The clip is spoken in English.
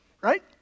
right